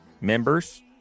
Members